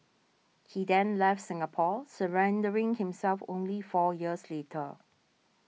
he then left Singapore surrendering himself only four years later